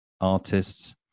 artists